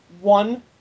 one